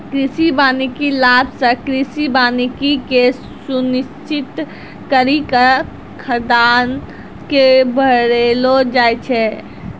कृषि वानिकी लाभ से कृषि वानिकी के सुनिश्रित करी के खाद्यान्न के बड़ैलो जाय छै